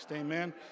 Amen